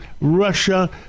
Russia